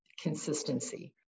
consistency